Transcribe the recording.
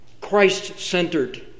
Christ-centered